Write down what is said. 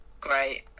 great